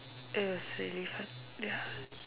it was really fun ya